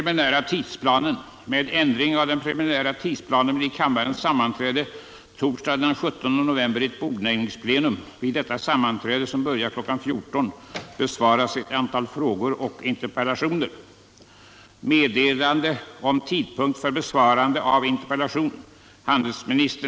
Med ändring av den preliminära tidsplanen blir kammarens sammanträde torsdagen den 17 november ett bordläggningsplenum. Vid detta sammanträde som börjar kl. 14.00 besvaras ett antal frågor och interpellationer.